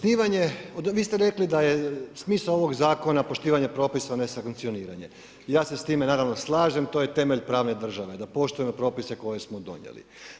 Vi ste rekli da je smisao ovog zakona poštivanje propisa a ne sankcioniranje, ja se s time naravno, slažem, to je temelj pravne države, da poštujemo propise koje smo donijeli.